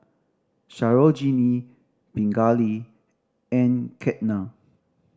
Sarojini Pingali and Ketna